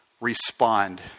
respond